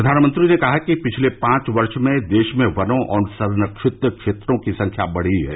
प्रधानमंत्री ने कहा कि पिछले पांच वर्ष में देश में वनों और संरक्षित क्षेत्रों की संख्या बढ़ी है